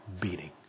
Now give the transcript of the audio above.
beating